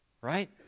right